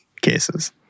cases